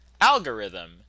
Algorithm